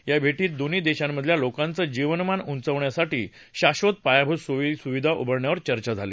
या भेटीत दोन्ही देशांमधल्या लोकांच जीवनमान उचावण्यासाठी शाक्षत पायाभूत सोयी सुविधा उभारण्यावर चर्चा झाली